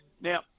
Now